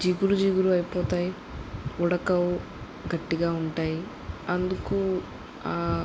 జిగురు జిగురు అయిపోతాయి ఉడకవు గట్టిగా ఉంటాయి అందుకు